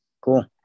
cool